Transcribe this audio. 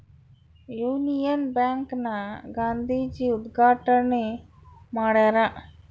Union bank ನ ಗಾಂಧೀಜಿ ಉದ್ಗಾಟಣೆ ಮಾಡ್ಯರ